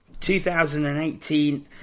2018